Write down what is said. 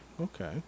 Okay